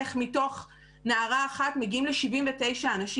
איך מתוך נערה אחת מגיעים ל-79 אנשים,